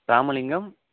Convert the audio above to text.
Ramalingam